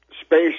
space